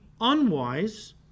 unwise